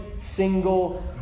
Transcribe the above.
single